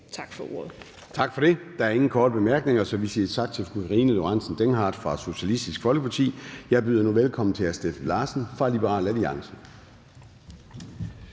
(Søren Gade): Tak for det. Der er ingen korte bemærkninger, så vi siger tak til fru Karina Lorentzen Dehnhardt fra Socialistisk Folkeparti. Jeg byder nu velkommen til hr. Steffen Larsen fra Liberal Alliance.